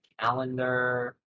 calendar